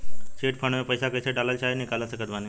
Chit fund मे पईसा कईसे डाल चाहे निकाल सकत बानी?